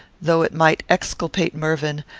though it might exculpate mervyn,